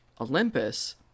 Olympus